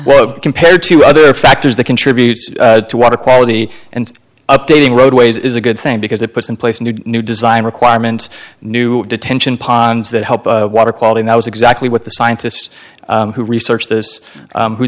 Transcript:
some compared to other factors that contribute to water quality and updating roadways is a good thing because it puts in place new new design requirements new detention ponds that help the water quality that was exactly what the scientists who researched this